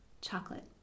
chocolate